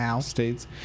states